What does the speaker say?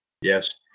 Yes